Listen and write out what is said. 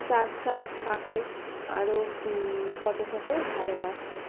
charge টার্জ থাকে আরো ফটো ফটোও ভালো আসে